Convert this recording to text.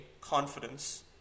confidence